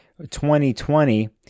2020